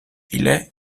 ile